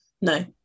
No